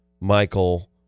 Michael